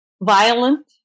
violent